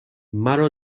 مرا